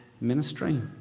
ministry